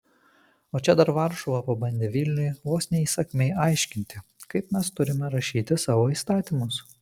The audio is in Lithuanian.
o čia dar varšuva pabandė vilniui vos ne įsakmiai aiškinti kaip mes turime rašyti savo įstatymus